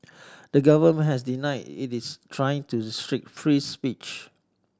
the government has denied it is trying to restrict free speech